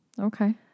okay